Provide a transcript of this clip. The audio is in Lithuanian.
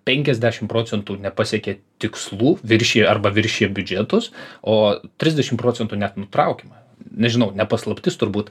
penkiasdešimt procentų nepasiekia tikslų viršija arba viršija biudžetus o trisdešimt procentų net nutraukiama nežinau ne paslaptis turbūt